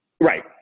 Right